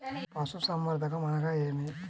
పశుసంవర్ధకం అనగా ఏమి?